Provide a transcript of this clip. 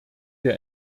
der